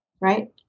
Right